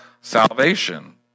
salvation